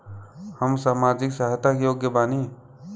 हम सामाजिक सहायता के योग्य बानी?